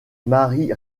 mary